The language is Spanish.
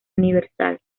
universal